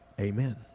amen